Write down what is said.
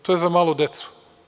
To je za malu decu.